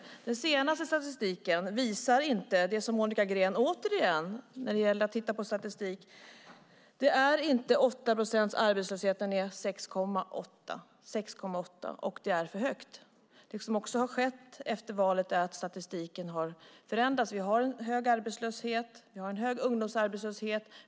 När det gäller att titta på statistik visar inte den senaste statistiken det som Monica Green säger. Återigen: Det är inte 8 procents arbetslöshet utan 6,8 procent, och det är för högt. Det som har skett efter valet är att statistiken har förändrats. Vi har en hög arbetslöshet. Vi har en hög ungdomsarbetslöshet.